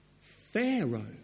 Pharaoh